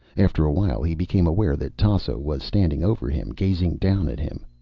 after awhile he became aware that tasso was standing over him, gazing down at him.